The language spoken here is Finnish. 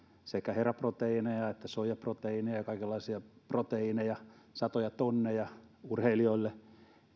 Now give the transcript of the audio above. sekä heraproteiineja että soijaproteiineja ja kaikenlaisia proteiineja satoja tonneja urheilijoille